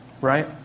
right